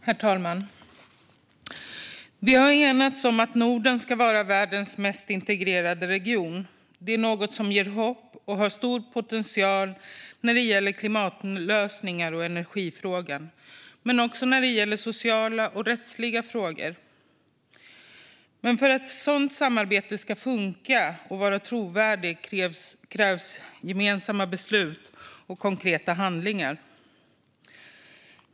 Herr talman! Vi har enats om att Norden ska vara världens mest integrerade region. Det är något som ger hopp och har stor potential när det gäller klimatlösningar och energifrågan, men också när det gäller sociala och rättsliga frågor. Men för att ett sådant samarbete ska funka och vara trovärdigt krävs gemensamma beslut och konkreta handlingar.